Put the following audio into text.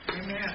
Amen